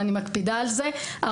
ואני מקפידה על זה,